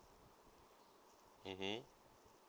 mmhmm